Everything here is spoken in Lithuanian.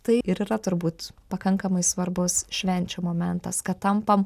tai ir yra turbūt pakankamai svarbus švenčių momentas kad tampam